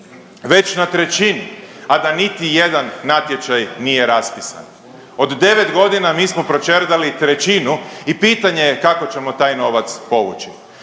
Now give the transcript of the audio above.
već na trećini, a da niti jedan natječaj nije raspisan. Od devet godina mi smo proćerdali trećinu i pitanje je kako ćemo taj novac povući.